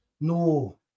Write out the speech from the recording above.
no